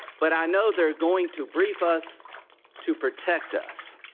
but i know they are going to brief us to protect us.